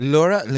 Laura